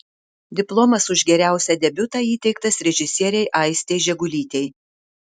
diplomas už geriausią debiutą įteiktas režisierei aistei žegulytei